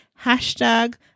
hashtag